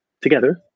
together